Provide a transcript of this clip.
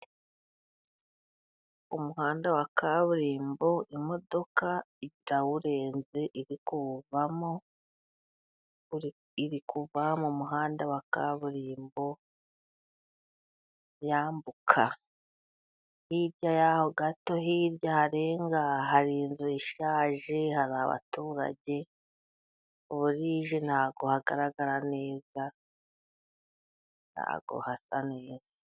Umuhanda wa kaburimbo imodoka itawurenze iri kuwuvamo. Iri kuva mu muhanda wa kaburimbo yambuka. Hirya y'aho gato hirya harenga hari inzu ishaje, hari abaturage, burije ntabwo hagaragara neza ntabwo hasa neza.